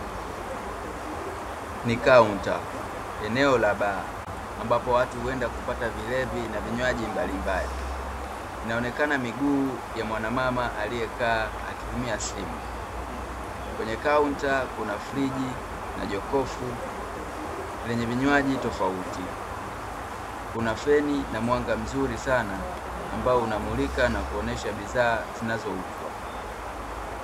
Ni kaunta eneo la bar ambapo watu huenda kupata vilevi na vinywaji mbalimbali. Inaonekana miguu ya mwana mama aliyekaa akitumia simu; kwenye kaunta kuna friji na jokofu lenye vinywaji tofauti kuna feni na mwanga mzuri sana ambao unamulika na kuonesha bidhaa zinazouzwa.